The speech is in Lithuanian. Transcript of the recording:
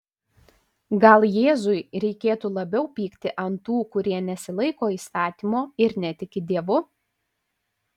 gal jėzui reikėtų labiau pykti ant tų kurie nesilaiko įstatymo ir netiki dievu